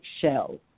Shell